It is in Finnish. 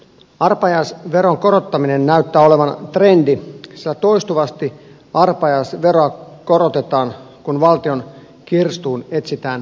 arpajaisveron korottaminen näyttää olevan trendi sillä toistuvasti arpajaisveroa korotetaan kun valtion kirstuun etsitään täyttäjiä